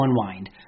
unwind